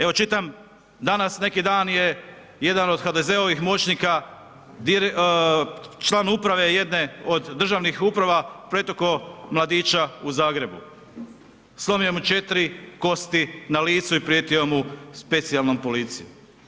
Evo čitam danas, neki dan je jedan od HDZ-ovih moćnika član uprave jedne od državnih uprava pretukao mladića u Zagrebu, slomio mu 4 kosti na licu i prijetio mu specijalnom policijom.